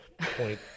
point